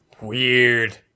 weird